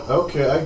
okay